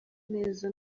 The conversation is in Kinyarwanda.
neza